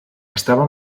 estava